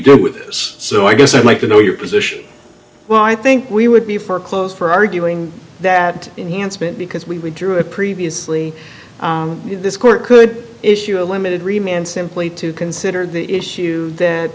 do with this so i guess i'd like to know your position well i think we would be for clothes for arguing that enhancement because we drew a previously this court could issue a limited remain and simply to consider the issue that